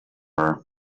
her